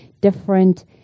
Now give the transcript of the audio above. different